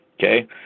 Okay